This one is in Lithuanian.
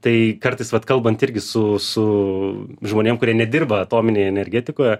tai kartais vat kalbant irgi su su žmonėm kurie nedirba atominėje energetikoje